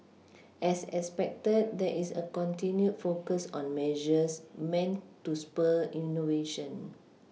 as expected there is a continued focus on measures meant to spur innovation